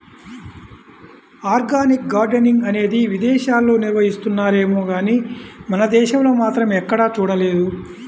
organic gardening అనేది విదేశాల్లో నిర్వహిస్తున్నారేమో గానీ మన దేశంలో మాత్రం ఎక్కడా చూడలేదు